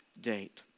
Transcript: date